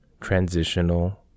Transitional